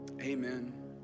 Amen